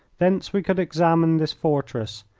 thence we could examine this fortress,